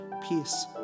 peace